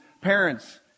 parents